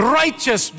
righteous